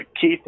keith